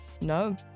no